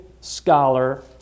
scholar